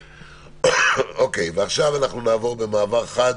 עכשיו נעבור במעבר חד